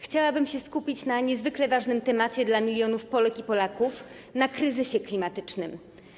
Chciałabym się skupić na niezwykle ważnym temacie dla milionów Polek i Polaków, na kryzysie klimatycznym.